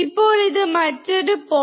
ഇപ്പോൾ ഇത് മറ്റൊരു 0